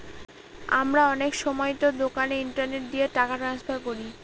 আমরা অনেক সময়তো দোকানে ইন্টারনেট দিয়ে টাকা ট্রান্সফার করি